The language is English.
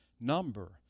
number